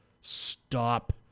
stop